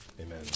Amen